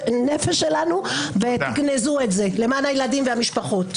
הנפש שלנו, ותגנזו את זה למען הילדים והמשפחות.